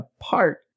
apart